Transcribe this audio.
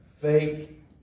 Fake